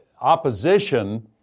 opposition